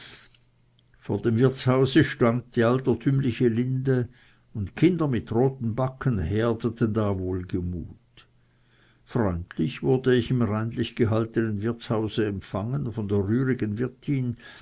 vor dem wirtshause stund die altertümliche linde und kinder mit roten backen herdeten da wohlgemut freundlich wurde ich im reinlich gehaltenen wirtshause empfangen von der rührigen wirtin